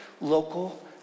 local